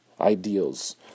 ideals